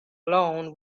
alone